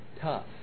tough